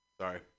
Sorry